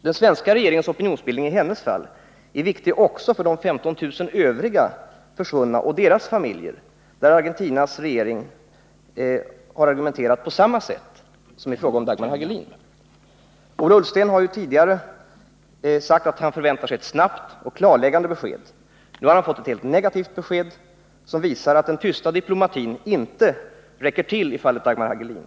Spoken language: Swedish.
Den svenska regeringens opinionsbildning i hennes fall är viktig också för de övriga 15 000 försvunna och deras familjer, där Argentinas regering har argumenterat på samma sätt som när det gäller Dagmar Hagelin. Ola Ullsten har tidigare sagt att han förväntar sig ett snabbt och klarläggande besked. Nu har han fått ett helt negativt besked, som visar att den tysta diplomatin inte räcker till i fallet Dagmar Hagelin.